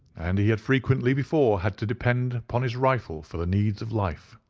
and he had frequently before had to depend upon his rifle for the needs of life.